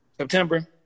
September